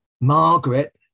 Margaret